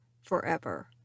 forever